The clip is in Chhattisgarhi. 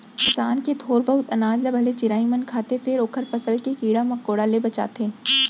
किसान के थोर बहुत अनाज ल भले चिरई मन खाथे फेर ओखर फसल के कीरा मकोरा ले बचाथे